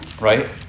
right